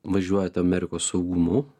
važiuojate amerikos saugumu